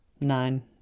nine